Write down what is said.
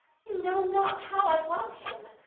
you know not how i love him.